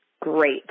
great